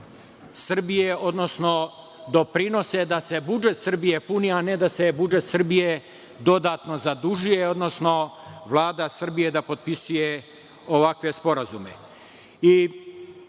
Srbije, odnosno doprinose da se budžet Srbije puni, a ne da se budžet Srbije dodatno zadužuje, odnosno Vlada Srbije da potpisuje ovakve sporazume. Ne